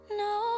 no